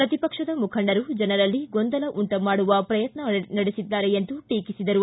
ಪ್ರತಿಪಕ್ಷದ ಮುಖಂಡರು ಜನರಲ್ಲಿ ಗೊಂದಲ ಉಂಟು ಮಾಡುವ ಪ್ರಯತ್ನ ನಡೆಸಿದ್ದಾರೆ ಎಂದು ಟೀಕಿಸಿದರು